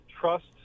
trust